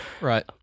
Right